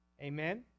Amen